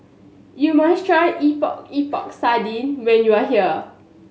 you must try Epok Epok Sardin when you are here